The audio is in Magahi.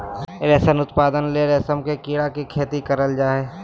रेशम उत्पादन ले रेशम के कीड़ा के खेती करल जा हइ